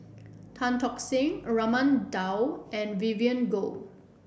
Tan Tock Seng Raman Daud and Vivien Goh